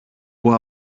που